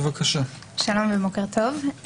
שלום ובוקר טוב.